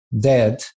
dead